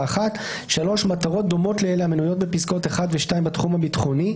1. 3. מטרות דומות לאלה המנויות בפסקאות 1 ו-2 בתחום הביטחוני,